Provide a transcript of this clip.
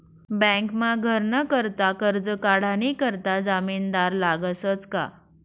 बँकमा घरनं करता करजं काढानी करता जामिनदार लागसच का